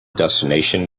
destination